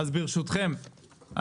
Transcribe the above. ברשותכם,